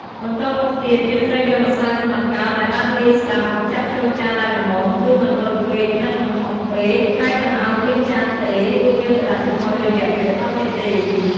បន្ទាប់មកទៀត យើងត្រូវយកម្សៅនំអាកោរដែលបានលាយស្រាប់មកចាក់ចូលចានដែលល្មម គឺមិនតូចពេក និងមិនធំពេក ហើយមិនឱ្យពេញចានទេ រួចយកទៅដាក់ចំហុយរយៈពេល១០នាទី។